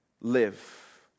live